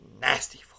nasty